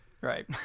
right